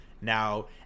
Now